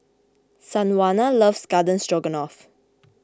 Sanjuana loves Garden Stroganoff